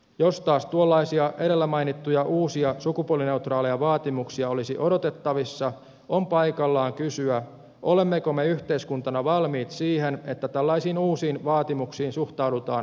jos taas tuollaisia edellä mainittuja uusia sukupuolineutraaleja vaatimuksia olisi odotettavissa on paikallaan kysyä olemmeko me yhteiskuntana valmiit siihen että tällaisiin uusiin vaatimuksiin suhtaudutaan vakavasti